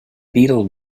beetle